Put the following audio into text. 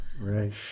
Right